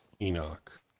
Enoch